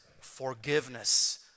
forgiveness